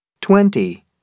twenty